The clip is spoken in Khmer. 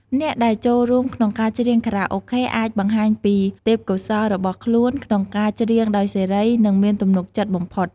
អ្នកដែលចូលរួមក្នុងការច្រៀងខារ៉ាអូខេអាចបង្ហាញពីទេពកោសល្យរបស់ខ្លួនក្នុងការច្រៀងដោយសេរី និងមានទំនុកចិត្តបំផុត។